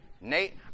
Nate